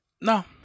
No